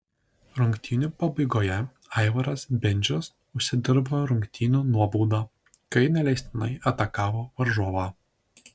rungtynių pabaigoje aivaras bendžius užsidirbo rungtynių nuobaudą kai neleistinai atakavo varžovą